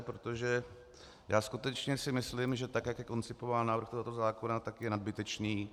Protože si skutečně myslím, že jak je koncipován návrh tohoto zákona, je nadbytečný.